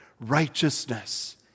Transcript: righteousness